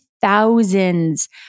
thousands